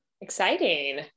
exciting